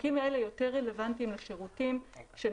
החוקים שהזכרתי עכשיו הם יותר רלוונטיים לשירותים של